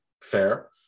Fair